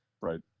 Right